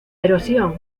erosión